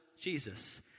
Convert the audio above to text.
Jesus